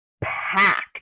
packed